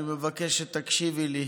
אני מבקש שתקשיבי לי.